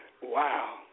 Wow